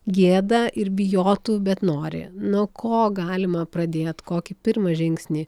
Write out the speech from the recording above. gėda ir bijotų bet nori nuo ko galima pradėt kokį pirmą žingsnį